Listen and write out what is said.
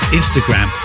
instagram